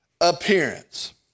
appearance